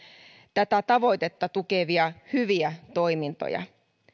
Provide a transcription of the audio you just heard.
tätä tavoitetta tukevia hyviä toimintoja